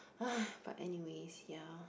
!wah! but anyways ya